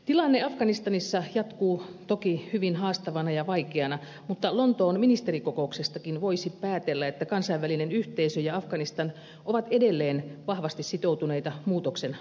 tilanne afganistanissa jatkuu toki hyvin haastavana ja vaikeana mutta lontoon ministerikokouksestakin voisi päätellä että kansainvälinen yhteisö ja afganistan ovat edelleen vahvasti sitoutuneita muutoksen aikaansaamiseen